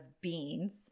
beans